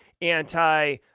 anti